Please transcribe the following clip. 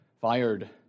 fired